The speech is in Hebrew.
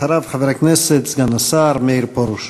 אחריו, חבר הכנסת סגן השר מאיר פרוש.